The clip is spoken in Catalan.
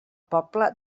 poble